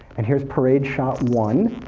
and here's parade shot one,